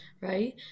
right